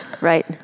Right